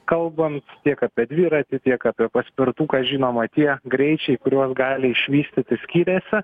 kalbant tiek apie dviratį tiek apie paspirtuką žinoma tie greičiai kuriuos gali išvystyti skiriasi